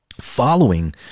following